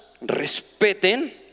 Respeten